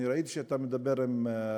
אני ראיתי שאתה מדבר עם,